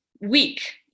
weak